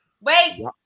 Wait